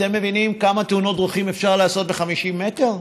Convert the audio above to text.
אתם מבינים כמה תאונות דרכים אפשר לעשות ב-50 מטר?